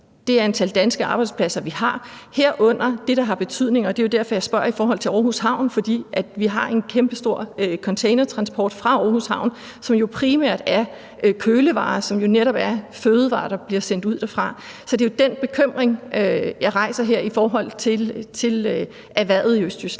det antal danske arbejdspladser, vi har, herunder dem, der har betydning. Og det er jo derfor, jeg spørger i forhold til Aarhus Havn. For vi har en kæmpestor containertransport fra Aarhus Havn, hvorfra det jo primært er kølevarer – hvilket jo netop er fødevarer – der bliver sendt ud. Så det er jo den bekymring, jeg rejser her i forhold til erhvervet i Østtyskland